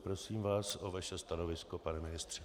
Prosím vás o vaše stanovisko, pane ministře.